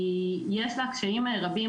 יש לה קשיים רבים,